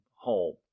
home